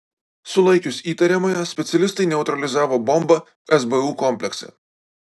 sulaikius įtariamąją specialistai neutralizavo bombą sbu komplekse